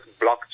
blockchain